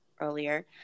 earlier